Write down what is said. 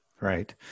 Right